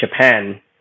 Japan